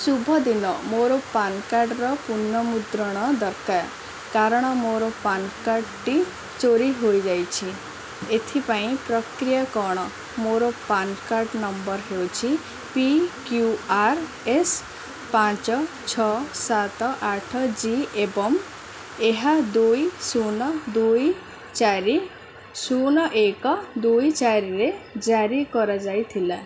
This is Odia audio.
ଶୁଭ ଦିନ ମୋର ପାନ୍ କାର୍ଡ଼ର ପୁନଃମୁଦ୍ରଣ ଦରକାର କାରଣ ମୋର ପାନ୍ କାର୍ଡ଼ଟି ଚୋରି ହୋଇଯାଇଛି ଏଥିପାଇଁ ପ୍ରକ୍ରିୟା କ'ଣ ମୋର ପାନ୍ କାର୍ଡ଼ ନମ୍ବର ହେଉଛି ପି କ୍ୟୁ ଆର୍ ଏସ୍ ପାଞ୍ଚ ଛଅ ସାତ ଆଠ ଜି ଏବଂ ଏହା ଦୁଇ ଶୂନ ଦୁଇ ଚାରି ଶୂନ ଏକ ଦୁଇ ଚାରିରେ ଜାରି କରାଯାଇଥିଲା